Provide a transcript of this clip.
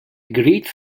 great